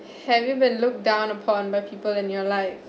have you been looked down upon by people in your life